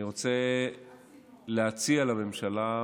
אני רוצה להציע לממשלה,